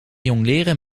jongleren